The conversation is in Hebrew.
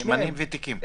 נאמנים ותיקים.